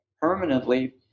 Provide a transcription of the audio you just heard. permanently